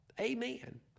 Amen